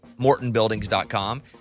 MortonBuildings.com